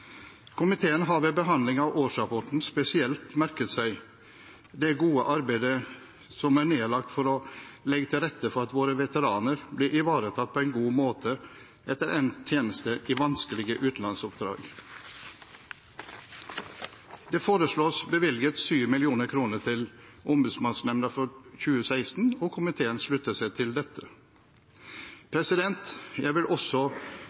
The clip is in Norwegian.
Komiteen har ved behandling av årsrapporten spesielt merket seg det gode arbeidet som er nedlagt for å legge til rette for at våre veteraner blir ivaretatt på en god måte etter endt tjeneste i vanskelige utenlandsoppdrag. Det foreslås bevilget 7 mill. kr til Ombudsmannsnemnda for 2016, og komiteen slutter seg til dette. Jeg vil også